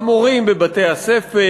המורים בבתי-הספר?